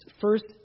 first